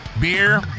beer